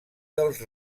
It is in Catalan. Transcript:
dels